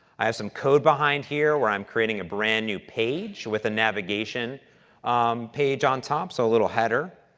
i have some code behind here where i'm creating a brand new page with a navigation page on top, so, a little header.